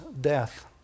death